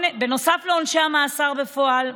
נוסף על עונשי המאסר בפועל,